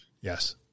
Yes